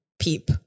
Peep